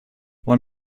let